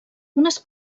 unes